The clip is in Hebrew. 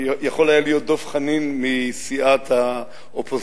יכול היה להיות דב חנין מסיעת האופוזיציה,